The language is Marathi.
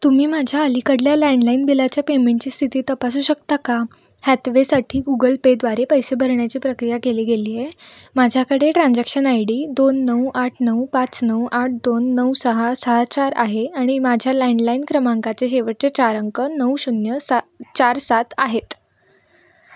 तुम्ही माझ्या अलीकडल्या लँडलाईन बिलाच्या पेमेंटची स्थिती तपासू शकता का हॅथवेसाठी गुगल पेद्वारे पैसे भरण्याची प्रक्रिया केली गेली आहे माझ्याकडे ट्रान्झॅक्शन आय डी दोन नऊ आठ नऊ पाच नऊ आठ दोन नऊ सहा सहा चार आहे आणि माझ्या लँडलाईन क्रमांकाचे शेवटचे चार अंक नऊ शून्य सात् चार सात आहेत